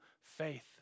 faith